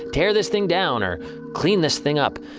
tear this thing down! or clean this thing up.